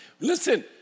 Listen